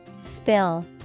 Spill